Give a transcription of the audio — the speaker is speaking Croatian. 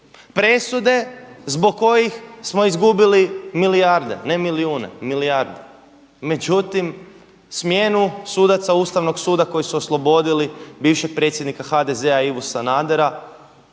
presude zbog kojih smo izgubili milijarde, ne milijune, milijarde. Međutim, smjenu sudaca Ustavnog suda koji su oslobodili bivšeg predsjednika HDZ-a Ivu Sanadera